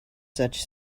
such